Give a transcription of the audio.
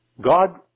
God